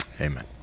amen